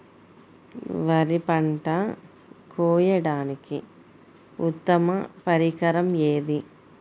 వరి పంట కోయడానికి ఉత్తమ పరికరం ఏది?